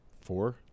four